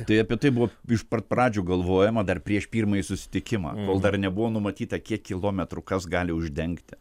tai apie tai buvo iš pat pradžių galvojama dar prieš pirmąjį susitikimą dar nebuvo numatyta kiek kilometrų kas gali uždengti